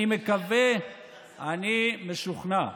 אני משוכנע.